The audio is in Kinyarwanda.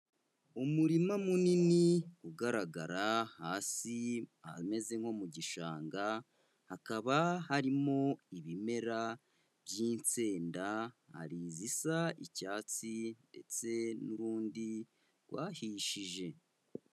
Umurima munini ugaragara hasi ahameze nko mu gishanga, hakaba harimo ibimera by'insenda, hari izisa icyatsi ndetse n'urundi rwahishije.